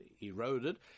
eroded